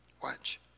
Watch